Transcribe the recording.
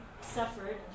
suffered